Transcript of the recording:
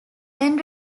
then